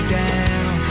down